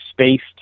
spaced